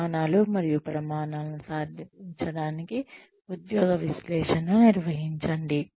ప్రమాణాలు మరియు ప్రమాణాలను స్థాపించడానికి ఉద్యోగ విశ్లేషణ నిర్వహించండి